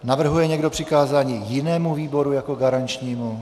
Navrhuje někdo přikázání jinému výboru jako garančnímu?